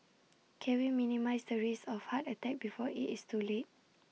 can we minimise the risk of heart attack before IT is too late